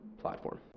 platform